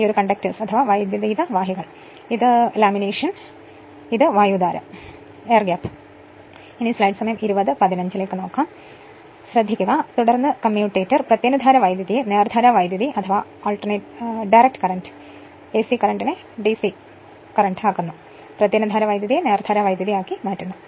ഇതാണ് പ്രധാന വഴി ഇതാണ് ലാമിനേഷൻ ആണ് ഇത് ഞാൻ ഒരു പുസ്തകത്തിൽ നിന്ന് എടുത്തതാണ് ഇതാണ് വായുദ്വാരം തുടർന്ന് കമ്മ്യൂട്ടേറ്റർ പ്രത്യനുധാര വൈദ്യുതിയെ നേർധാര വൈദ്യുതി ആക്കി മാറ്റുന്നു